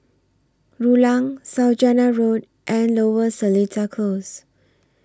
Rulang Saujana Road and Lower Seletar Close